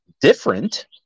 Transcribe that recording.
Different